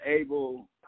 able